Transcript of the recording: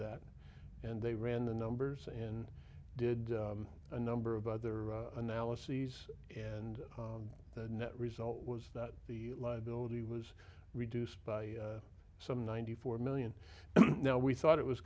that and they ran the numbers and did a number of other analyses and the net result was that the liability was reduced by some ninety four million now we thought it was